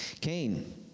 Cain